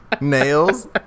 Nails